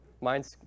Mine's